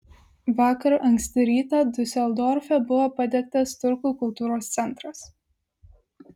vakar anksti rytą diuseldorfe buvo padegtas turkų kultūros centras